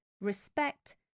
respect